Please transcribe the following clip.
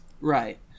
Right